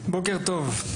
בוקר טוב,